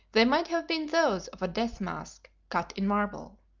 they might have been those of a death mask cut in marble.